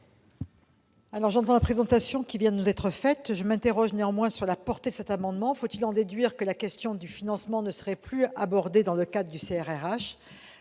Après la présentation qui vient de nous être faite, je m'interroge cependant sur la portée de cet amendement : faut-il en déduire que la question du financement ne serait plus abordée dans le cadre du CRHH ?